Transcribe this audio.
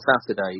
Saturday